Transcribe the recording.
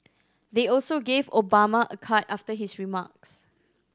they also gave Obama a card after his remarks